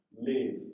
live